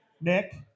Nick